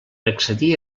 accedir